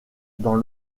dans